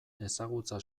ezagutza